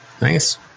Nice